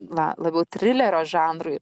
na labiau trilerio žanrui